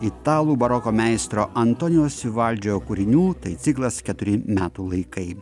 italų baroko meistro antonijaus vivaldžio kūrinių tai ciklas keturi metų laikai